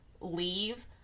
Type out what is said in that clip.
leave